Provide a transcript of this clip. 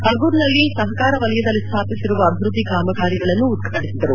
ಅಗುರ್ನಲ್ಲಿ ಸಹಕಾರ ವಲಯದಲ್ಲಿ ಸ್ಥಾಪಿಸಿರುವ ಅಭಿವೃದ್ಧಿ ಕಾಮಗಾರಿಗಳನ್ನು ಉದ್ಘಾಟಿಸಿದರು